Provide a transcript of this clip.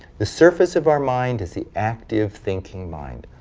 the surface of our mind is the active thinking mind.